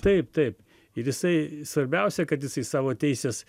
taip taip ir jisai svarbiausia kad jisai savo teises